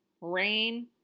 rain